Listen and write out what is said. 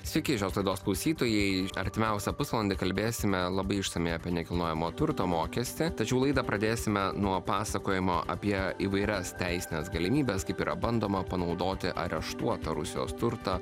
sveiki šios laidos klausytojai artimiausią pusvalandį kalbėsime labai išsamiai apie nekilnojamo turto mokestį tačiau laidą pradėsime nuo pasakojimo apie įvairias teisines galimybes kaip yra bandoma panaudoti areštuotą rusijos turtą